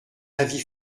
avis